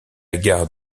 gare